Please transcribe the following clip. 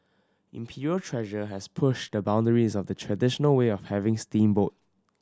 Imperial Treasure has pushed the boundaries of the traditional way of having steamboat